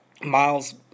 Miles